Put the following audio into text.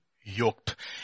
yoked